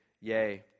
Yay